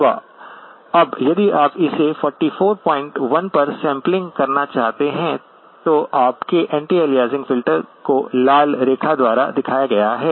अब यदि आप इसे 441 पर सैंपलिंग करना चाहते हैं तो आपके एंटी एलियासिंग फिल्टर को लाल रेखा द्वारा दिखाया गया है